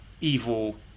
Evil